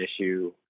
issue